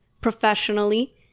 professionally